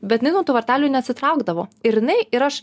bet jinai nuo tų vartelių neatsitraukdavo ir jinai ir aš